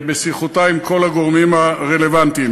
בשיחותי עם כל הגורמים הרלוונטיים.